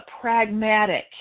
pragmatic